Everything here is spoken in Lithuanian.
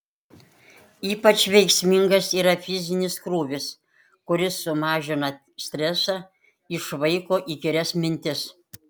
ypač veiksmingas yra fizinis krūvis kuris sumažina stresą išvaiko įkyrias mintis